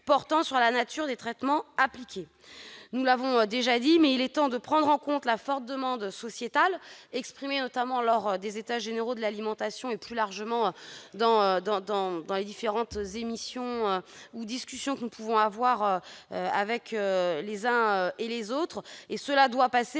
portant sur la nature des traitements appliqués. Comme nous l'avons déjà souligné, il est temps de prendre en compte la forte demande sociétale exprimée lors des États généraux de l'alimentation et, plus largement, dans les différentes discussions que nous pouvons avoir avec les uns et les autres, ce qui passe